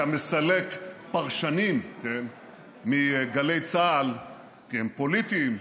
אתה מסלק פרשנים מגלי צה"ל כי הם פוליטיים,